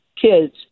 kids